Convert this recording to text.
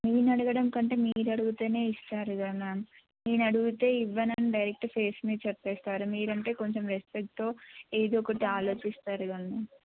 నేను అడగడం కంటే మీరు అడిగితేనే ఇస్తారు కద మ్యామ్ నేను అడిగితే ఇవ్వనని డైరెక్ట్ ఫేస్ మీదె చెప్పేస్తారు మీరంటే కొంచెం రెస్పెక్ట్తో ఏదో ఒకటి ఆలోచిస్తారు కద మ్యామ్